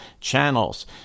channels